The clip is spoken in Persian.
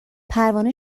پروانه